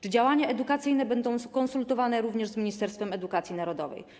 Czy działania edukacyjne będą skonsultowane również z Ministerstwem Edukacji Narodowej?